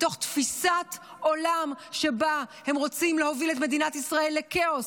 מתוך תפיסת עולם שבה הם רוצים להוביל את מדינת ישראל לכאוס,